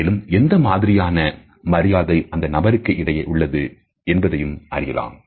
மேலும் எந்த மாதிரியான மரியாதை அந்த நபர்களுக்கு இடையே உள்ளது என்பதையும் அறியலாம்